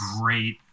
great